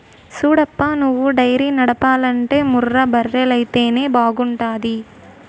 సూడప్పా నువ్వు డైరీ నడపాలంటే ముర్రా బర్రెలైతేనే బాగుంటాది